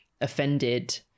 offended